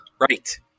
right